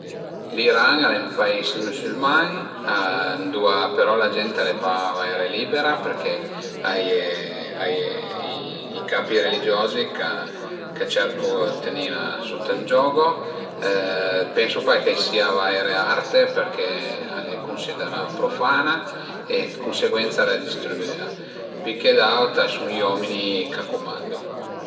L'Iran al e ün pais müsülman ëndua però la gent al e pa vaire libera perché a ie a ie i capi religiozi ch'a cercu d'tenila suta ën giogo. Pensu pa ch'a i sia vaire arte perché al e cunsiderà profana e d'cunseguensa al e distrüvüa, poi che d'aut a i sun i omini ch'a cumandu